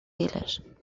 village